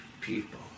people